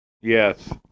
Yes